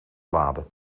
lade